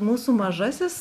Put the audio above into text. mūsų mažasis